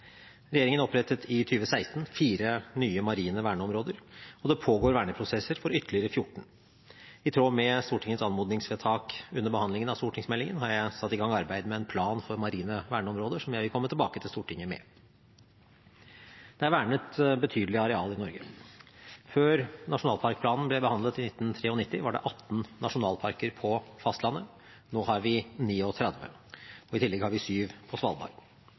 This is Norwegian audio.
Regjeringen opprettet i 2016 fire nye marine verneområder, og det pågår verneprosesser for ytterligere 14. I tråd med Stortingets anmodningsvedtak under behandlingen av stortingsmeldingen har jeg satt i gang arbeid med en plan for marine verneområder, som jeg vil komme tilbake til Stortinget med. Det er vernet betydelige areal i Norge. Før nasjonalparkplanen ble behandlet i 1993, var det 18 nasjonalparker på fastlandet. Nå har vi 39. I tillegg har vi syv på Svalbard.